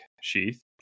sheath